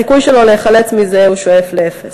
הסיכוי שלו להיחלץ מזה שואף לאפס.